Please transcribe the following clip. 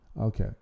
Okay